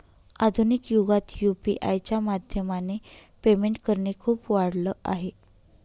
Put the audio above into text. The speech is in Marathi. आधुनिक युगात यु.पी.आय च्या माध्यमाने पेमेंट करणे खूप वाढल आहे